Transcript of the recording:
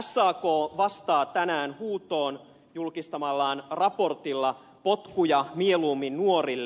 sak vastaa tänään huutoon julkistamallaan raportilla potkuja mieluummin nuorille